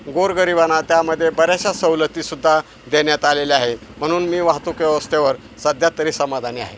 गोरगरीबांना त्यामध्ये बऱ्याचशा सवलतीसुद्धा देण्यात आलेल्या आहे म्हणून मी वाहतूक व्यवस्थेवर सध्या तरी समाधानी आहे